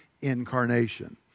incarnation